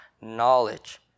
knowledge